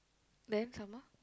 then some more